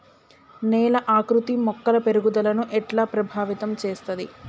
నేల ఆకృతి మొక్కల పెరుగుదలను ఎట్లా ప్రభావితం చేస్తది?